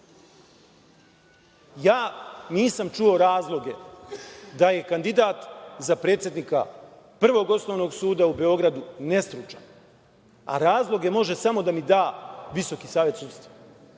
nisam čuo razloge da je kandidat za predsednika Prvog osnovnog suda u Beogradu nestručan. A razloge može samo da mi da Visoki savet sudstva.